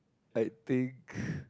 I think